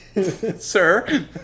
Sir